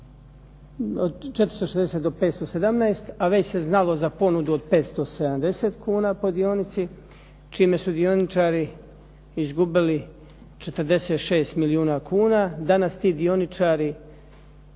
do, 460 do 517 a već se znalo za ponudu od 570 kuna po dionici, čime su dioničari izgubili 46 milijuna kuna. Danas ti dioničari